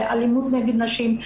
אלימות נגד נשים.